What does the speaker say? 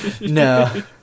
No